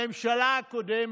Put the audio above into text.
הממשלה הקודמת,